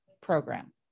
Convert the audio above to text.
program